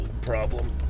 problem